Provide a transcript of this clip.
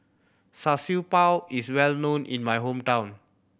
Char Siew Bao is well known in my hometown